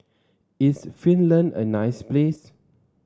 is Finland a nice place